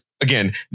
again